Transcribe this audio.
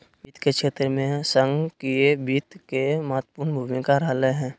वित्त के क्षेत्र में संगणकीय वित्त के महत्वपूर्ण भूमिका रहलय हें